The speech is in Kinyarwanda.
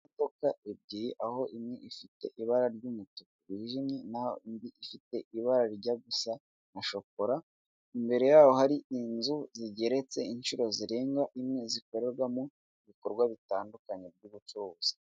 Imodoka ebyiri aho imwe ifite ibara ry'umutuku wijimye naho indi ifite ibara rijya gusa na shokora, imbere yaho hari inzu zigeretse inshuro zirenga imwe zikorerwamo ibikorwa bitandukanye by'ubucuruzi.